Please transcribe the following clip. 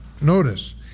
notice